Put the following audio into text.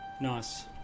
Nice